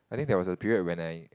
I think there was a period when I